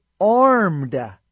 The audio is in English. armed